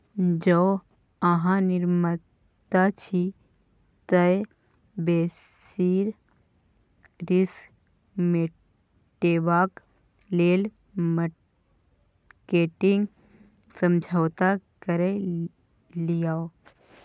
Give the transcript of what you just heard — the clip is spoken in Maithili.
जौं अहाँ निर्माता छी तए बेसिस रिस्क मेटेबाक लेल मार्केटिंग समझौता कए लियौ